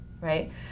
right